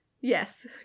Yes